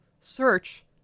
search